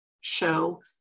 show